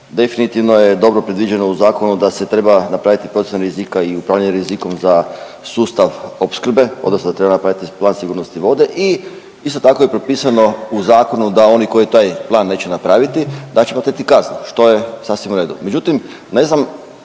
definitivno je dobro predviđeno u zakonu da se treba napraviti procjena rizika i upravljanje rizikom za sustav opskrbe odnosno da treba napraviti plan sigurnosti vodi i isto tako je propisano u zakonu da oni koji taj plan neće napraviti da će platiti kaznu, što je sasvim u redu.